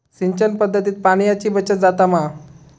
सिंचन पध्दतीत पाणयाची बचत जाता मा?